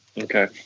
Okay